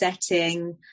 setting